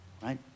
Right